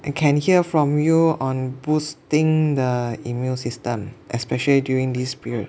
I can hear from you on boosting the immune system especially during this period